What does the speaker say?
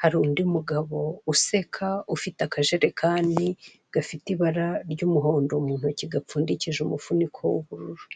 hari undi mugabo useka ufite akajerekani gafite ibara ry'umuhondo mu ntoki gapfundikije umufuniko w'ubururu.